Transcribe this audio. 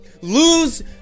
lose